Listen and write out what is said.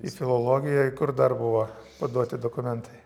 į filologiją į kur dar buvo paduoti dokumentai